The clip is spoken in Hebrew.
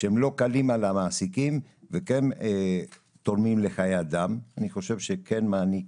שלא קלים על המעסיקים וכן תורמים לחיי אדם - אני חושב שכן מעניק